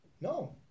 No